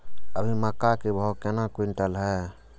अभी मक्का के भाव केना क्विंटल हय?